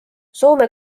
soome